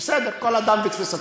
בסדר, כל אדם ותפיסתו.